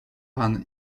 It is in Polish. pan